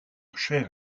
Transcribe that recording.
cher